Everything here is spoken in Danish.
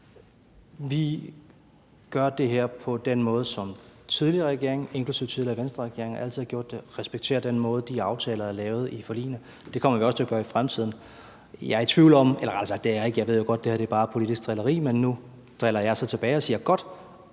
Vi gør det her på den måde, som tidligere regeringer, inklusive tidligere Venstreregeringer, altid har gjort det, og respekterer den måde, de aftaler er lavet på i forligene, og det kommer vi også til at gøre i fremtiden. Jeg er i tvivl, eller rettere sagt, det er jeg ikke – jeg ved jo godt, at det her bare er politisk drilleri, men nu driller jeg så tilbage og siger: Godt,